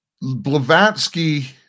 Blavatsky